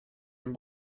and